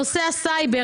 סייבר,